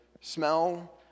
smell